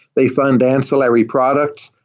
they fund ancillary products.